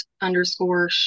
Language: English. underscore